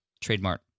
trademark